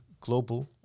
global